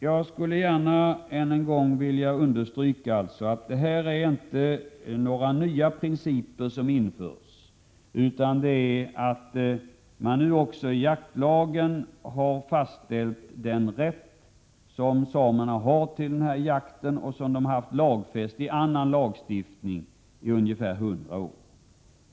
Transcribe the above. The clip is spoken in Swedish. Jag vill alltså än en gång understryka för det första att det inte är några nya principer som införs utan man har nu också i jaktlagen fastställt den rätt som samerna har till denna jakt och som har varit lagfäst i annan lagstiftning i ungefär hundra år.